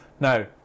Now